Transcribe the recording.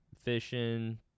fishing